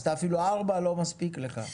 אם כן, ארבע פניות לא מספיקות לך.